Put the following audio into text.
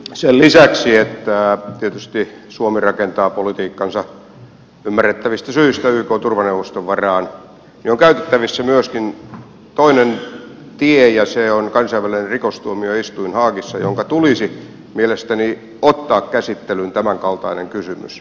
sen lisäksi että tietysti suomi rakentaa politiikkansa ymmärrettävistä syistä ykn turvaneuvoston varaan on käytettävissä myöskin toinen tie ja se on kansainvälinen rikostuomioistuin haagissa jonka tulisi mielestäni ottaa käsittelyyn tämänkaltainen kysymys